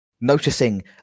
noticing